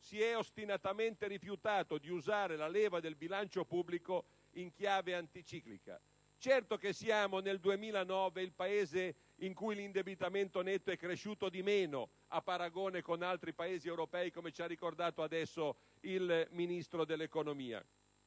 si è ostinatamente rifiutato di usare la leva del bilancio pubblico in chiave anticiclica. Certo che siamo, nel 2009, il Paese in cui l'indebitamento netto è cresciuto di meno a paragone con altri Paesi europei, come ci ha ricordato adesso il Ministro dell'economia.